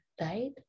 right